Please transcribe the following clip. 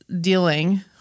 dealing